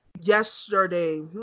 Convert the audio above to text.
yesterday